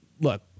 look